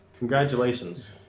congratulations